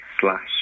slash